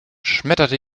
schmetterte